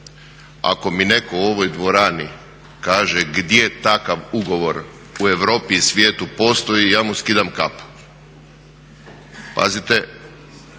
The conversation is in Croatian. Ako mi netko u ovoj dvorani kaže gdje takav ugovor u Europi i svijetu postoji ja mu skidam kapu. Pazite,